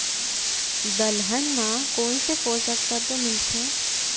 दलहन म कोन से पोसक तत्व मिलथे?